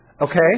Okay